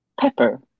Pepper